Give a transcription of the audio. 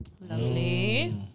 Lovely